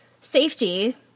safety